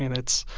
and it's.